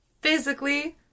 physically